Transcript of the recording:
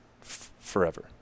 forever